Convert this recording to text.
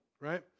right